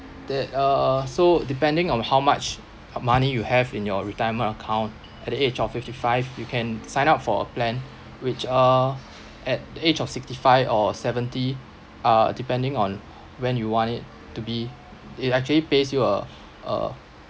that uh so the depending on how much h~ money you have in your retirement account at the age of fifty five you can sign up for a plan which uh at the age of sixty five or seventy ah depending on when you want it to be it actually pays you uh uh